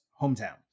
hometown